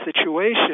situation